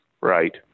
right